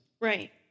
Right